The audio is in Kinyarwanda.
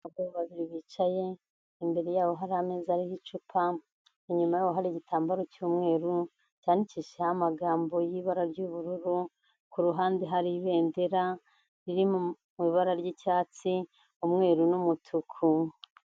Abagabo babiri bicaye, imbere yabo hari ameza ariho icupa, inyuma yabo hari igitambaro cy'umweru, cyandikishijeho amagambo y'ibara ry'ubururu, ku ruhande hari ibendera riri mu ibara ry'icyatsi, umweru n'umutuku.